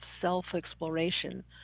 self-exploration